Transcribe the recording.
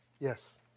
Yes